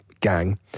gang